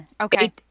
okay